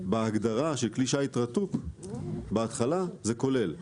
בהגדרה של כלי שיט רתוק, בהתחלה, זה כולל.